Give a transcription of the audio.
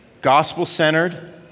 gospel-centered